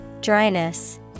Dryness